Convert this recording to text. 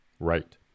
Right